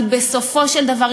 כי בסופו של דבר,